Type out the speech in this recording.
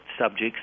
subjects